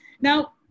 Now